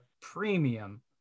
premium